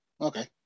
Okay